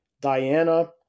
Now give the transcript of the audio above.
Diana